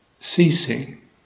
Ceasing